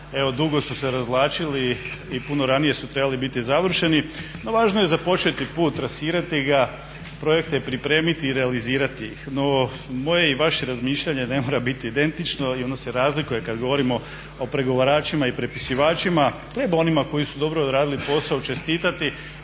dugo su se razvlačili. I puno ranije su trebali biti završeni. No, važno je započeti put, trasirati ga, projekte i pripremiti i realizirati ih. No, moje i vaše razmišljanje ne mora biti identično i ono se razlikuje kad govorimo o pregovaračima i prepisivačima. Treba onima koji su dobro odradili posao čestitati.